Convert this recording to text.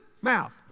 mouth